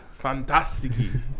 fantastici